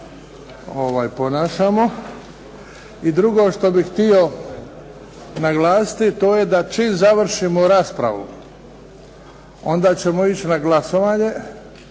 ponašamo. I drugo što bih htio naglasiti, a to je čim završimo raspravu, onda ćemo ići na glasovanje